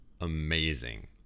amazing